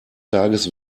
tages